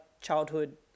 childhood